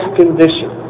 condition